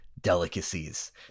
delicacies